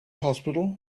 hospital